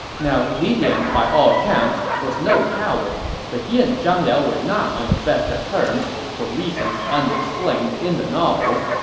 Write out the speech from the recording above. now, li dian, by all accounts, was no coward, coward, but he and zhang liao were not on the best of terms for reasons unexplained in the novel,